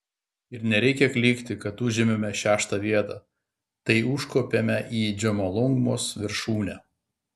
ir nereikia klykti kad užėmėme šeštą vietą tai užkopėme į džomolungmos viršūnę